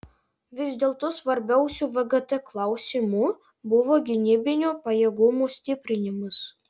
vis dėlto svarbiausiu vgt klausimu buvo gynybinių pajėgumų stiprinimas